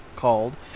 Called